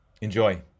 Enjoy